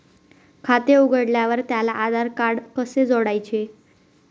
खाते उघडल्यावर त्याला आधारकार्ड कसे जोडायचे?